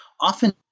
often